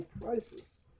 prices